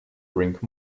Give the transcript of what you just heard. drink